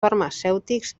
farmacèutics